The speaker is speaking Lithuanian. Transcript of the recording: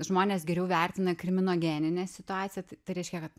žmonės geriau vertina kriminogeninę situaciją tai reiškia kad